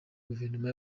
guverinoma